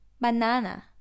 Banana